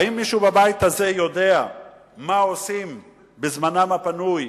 האם מישהו בבית הזה יודע מה עושים בזמנם הפנוי